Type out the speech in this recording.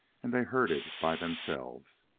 and they herded by themselves.